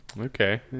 Okay